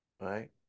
right